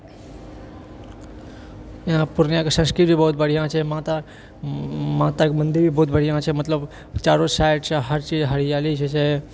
यहाँ पूर्णियाँके संस्कृति भी बहुत बढ़िआँ छै माता माताके मंदिर भी बहुत बढ़िआँ छै मतलब चारु साइडसँ हर चीज हरियाली छै से